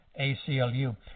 ACLU